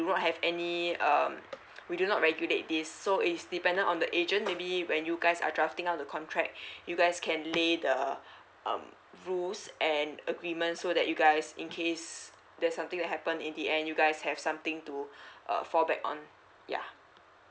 not have any um we do not regulate this so is dependent on the agent maybe when you guys are drafting up the contract you guys can lay the uh um rules and agreement so that you guys in case there's something that happen in the end you guys have something to a fall back on yeah